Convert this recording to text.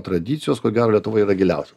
tradicijos ko gero lietuvoj yra giliausios